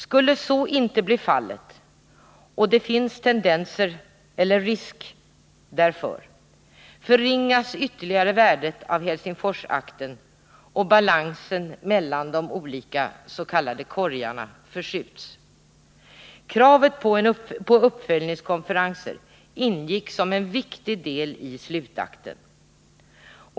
Skulle så inte bli fallet — och det finns risk för detta — förringas ytterligare värdet av Helsingforsakten, och balansen mellan de olika s.k. korgarna förskjuts. Kravet på uppföljningskonferenser ingick som en viktig del i slutakten.